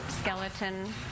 skeleton